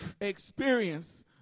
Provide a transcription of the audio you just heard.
experience